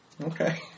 Okay